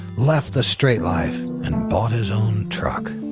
left the straight life, and bought his own truck.